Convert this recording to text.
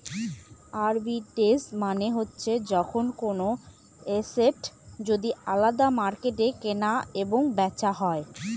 arbitrage মানে হচ্ছে যখন কোনো এসেট যদি আলাদা মার্কেটে কেনা এবং বেচা হয়